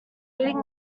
leading